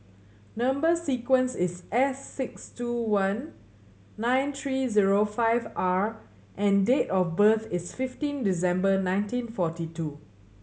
number sequence is S six two one nine three zero five R and date of birth is fifteen December nineteen forty two